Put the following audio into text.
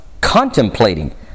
contemplating